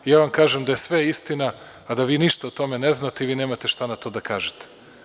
Ja vam kažem da je sve istina, a da vi ništa o tome ne znate ili vi nemate šta na to da kažete.